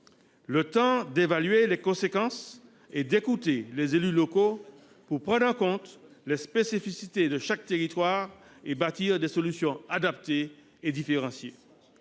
en évaluer les conséquences et écouter les élus locaux pour prendre en compte les spécificités de chaque territoire et bâtir des solutions adaptées et différenciées.